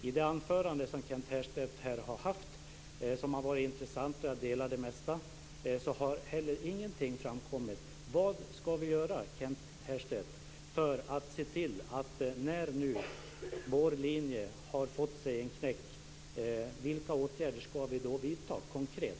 I det anförande som Kent Härstedt höll, vilket var intressant och där jag delade det mesta, har heller ingenting framkommit. Vad ska vi göra, Kent Härstedt, när nu vår linje har fått sig en knäck? Vilka åtgärder ska vi vidta konkret?